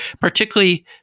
particularly